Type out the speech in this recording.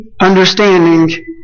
understanding